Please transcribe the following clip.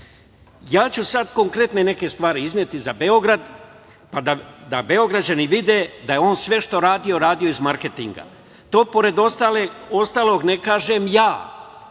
ću sad konkretne neke stvari izneti za Beograd, pa da Beograđani vide da on sve što je radio, radio je iz marketinga. To pored ostalog ne kažem ja,